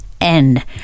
end